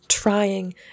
trying